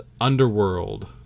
Underworld